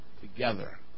together